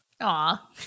Aw